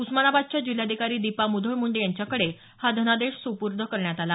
उस्मानाबादच्या जिल्हाधिकारी दीपा मुधोळ मुंडे यांच्याकडे हा धनादेश सोपवण्यात आला